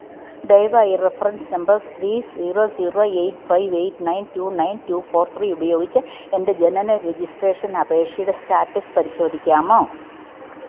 ദയവായി reference number three zero zero eight five eight nine two four three ഉപയോഗിച്ച് എൻ്റെ ജനന രെജിസ്ട്രേഷൻ അപേക്ഷയുടെ സ്റ്റാറ്റസ് പരിശോധിക്കാമോ